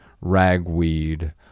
ragweed